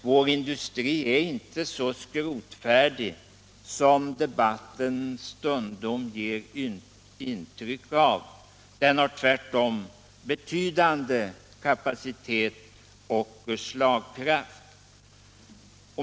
Vår industri är inte så skrotfärdig som debatten stundom ger intryck av. Den har tvärtom betydande kapacitet och slagkraft.